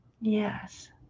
Yes